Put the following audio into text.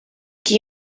chi